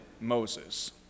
Moses